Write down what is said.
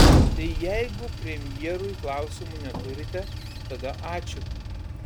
tai jeigu premjerui klausimų neturite tada ačiū